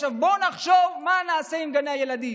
עכשיו בואו נחשוב מה נעשה עם גני ילדים.